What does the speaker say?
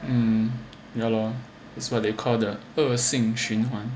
um yeah lor it's what they call the 恶性循环